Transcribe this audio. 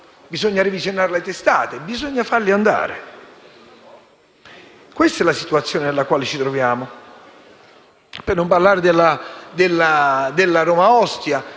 bisogna revisionare le testate, bisogna farli andare. Questa è la situazione nella quale ci troviamo. Per non parlare della Roma-Ostia,